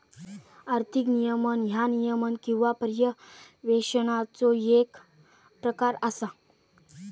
आर्थिक नियमन ह्या नियमन किंवा पर्यवेक्षणाचो येक प्रकार असा